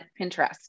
Pinterest